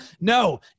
No